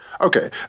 Okay